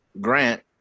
Grant